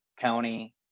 county